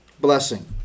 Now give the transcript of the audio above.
blessing